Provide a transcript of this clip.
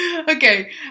Okay